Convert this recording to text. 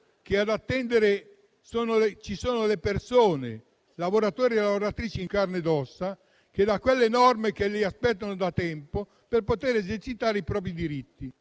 che ad attendere ci sono le persone, lavoratori e lavoratrici in carne ed ossa, che quelle norme aspettano da tempo per poter esercitare i propri diritti.